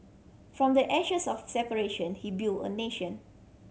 from the ashes of separation he built a nation